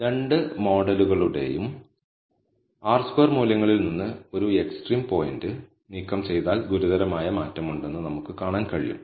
അതിനാൽ രണ്ട് മോഡലുകളുടെയും R സ്ക്വയർ മൂല്യങ്ങളിൽ നിന്ന് ഒരു എക്സ്ട്രീം പോയിന്റ് നീക്കം ചെയ്താൽ ഗുരുതരമായ മാറ്റമുണ്ടെന്ന് നമുക്ക് കാണാൻ കഴിയും